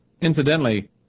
Incidentally